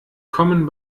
kommen